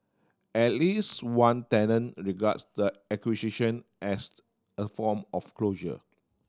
at least one tenant regards the acquisition as the a form of closure